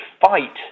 fight